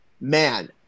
man